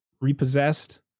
repossessed